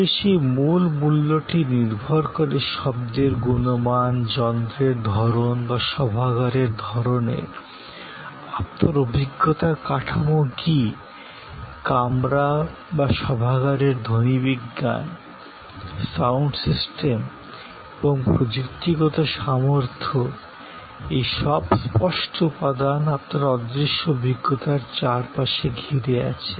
তবে সেই মূল মূল্যটি নির্ভর করে শব্দের গুণমান যন্ত্রের ধরণ বা সভাগারের ধরণের আপনার অভিজ্ঞতার কাঠামো কী কামরা বা সভাগারের ধ্বনিবিজ্ঞান সাউন্ড সিস্টেম এবং প্রযুক্তিগত সামর্থ্য এই সব স্পষ্ট উপাদান আপনার অদৃশ্য অভিজ্ঞতার চারপাশে ঘিরে আছে